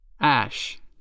Ash